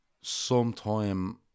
sometime